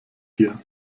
hier